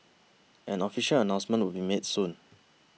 an official announcement would be made soon